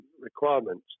requirements